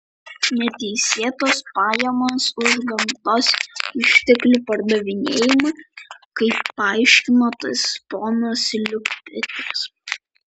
neteisėtos pajamos už gamtos išteklių pardavinėjimą kaip paaiškino tas ponas liukpetris